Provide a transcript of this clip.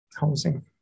housing